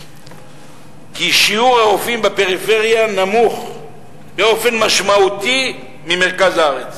כי שיעור הרופאים בפריפריה נמוך באופן משמעותי מהשיעור במרכז הארץ.